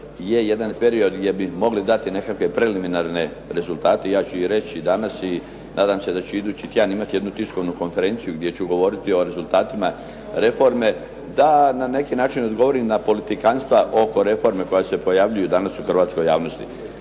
je jedan period gdje bi mogli dati nekakve preliminarne rezultate. Ja ću i reći danas i nadam se da ću idući tjedan imati jednu tiskovnu konferenciju gdje ću govoriti o rezultatima reforme da na neki način odgovorim na politikanstva oko reforme koja se pojavljuju danas u hrvatskoj javnosti.